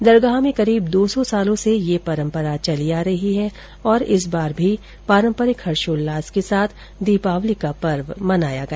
दरगाह में करीब दो सौ सालों से यह परंपरा चली आ रही है और इस बार भी पारम्परिक हर्षोल्लास के साथ दीपावली का पर्व मनाया गया